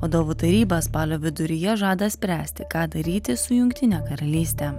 vadovų taryba spalio viduryje žada spręsti ką daryti su jungtine karalyste